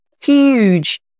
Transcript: huge